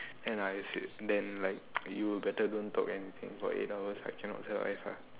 and I say then like you better don't talk anything for eight hours I cannot sia I hard